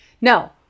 no